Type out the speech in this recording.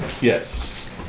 Yes